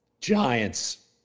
Giants